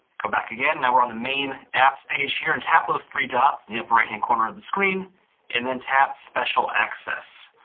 go back again, now we're on the main apps page here and tap those three dots in the upper right-hand corner of the screen and then tap special access.